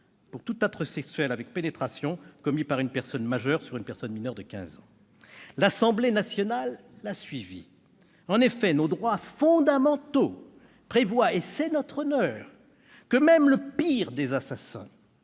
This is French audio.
pour tout acte sexuel avec pénétration commis par une personne majeure sur une personne mineure de quinze ans. L'Assemblée nationale l'a suivi. En effet, nos droits fondamentaux prévoient, et c'est à notre honneur, que même le pire des assassins